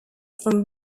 from